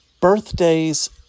birthdays